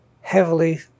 heavily